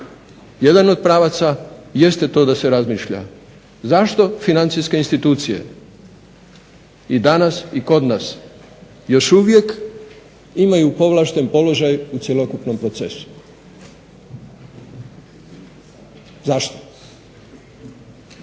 Jedan od pravaca jeste da se to razmišlja zašto financijske institucije i danas i kod nas još uvijek imaju povlašten položaj u cjelokupnom procesu? Zašto?